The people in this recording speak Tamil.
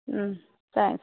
ம் தேங்க்ஸு